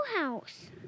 house